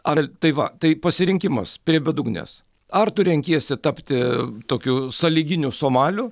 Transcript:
ar tai va tai pasirinkimas prie bedugnės ar tu renkiesi tapti tokiu sąlyginiu somaliu